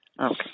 Okay